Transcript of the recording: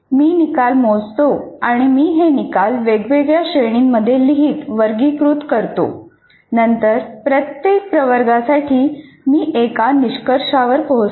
मी निकाल मोजतो आणि मी हे निकाल वेगवेगळ्या श्रेणींमध्ये लिहित वर्गीकृत करतो नंतर प्रत्येक प्रवर्गासाठी मी एका निष्कर्षावर पोहोचतो